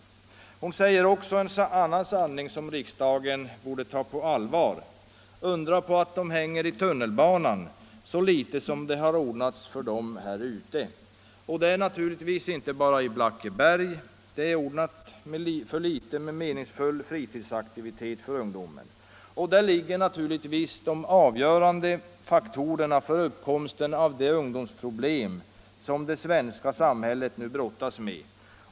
Birgitta Tångefelt uttalar en annan sanning, som riksdagen borde ta på allvar: ”Undra på att dom hänger i tunnelbanan, så lite som det ordnats för dem här ute.” Det är inte bara i Blackeberg som det har ordnats för litet meningsfull fritidsaktivitet för ungdomen. Och i detta förhållande ligger naturligtvis de avgörande faktorerna för uppkomsten av det ungdomsproblem som det svenska samhället nu brottas med.